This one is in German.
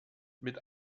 mit